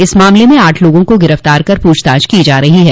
इस मामले में आठ लोगों को गिरफ्तार कर प्रछताछ की जा रही है